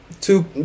two